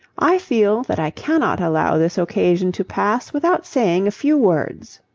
i feel that i cannot allow this occasion to pass without saying a few words.